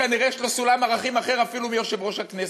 כנראה יש לו סולם ערכים אחר אפילו משל יושב-ראש הכנסת.